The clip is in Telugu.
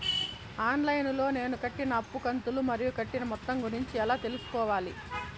ఆన్ లైను లో నేను కట్టిన అప్పు కంతులు మరియు కట్టిన మొత్తం గురించి ఎలా తెలుసుకోవాలి?